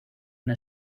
una